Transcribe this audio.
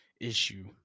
issue